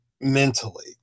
mentally